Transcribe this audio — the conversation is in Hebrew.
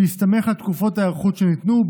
בהסתמך על תקופות ההיערכות שניתנו,